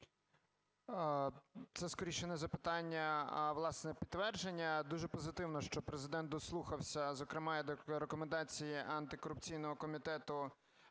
Це, скоріше, не запитання, а, власне, підтвердження. Дуже позитивно, що Президент дослухався, зокрема, і до рекомендацій антикорупційного комітету